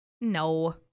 No